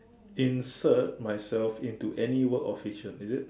insert myself into any work of fiction is it